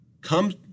Come